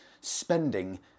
spending